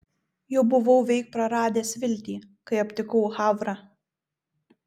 jau buvau veik praradęs viltį kai aptikau havrą